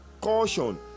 Caution